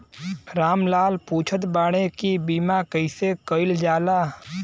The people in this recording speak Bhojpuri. राम लाल पुछत बाड़े की बीमा कैसे कईल जाला?